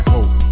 Hope